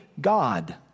God